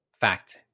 fact